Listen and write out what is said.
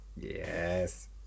Yes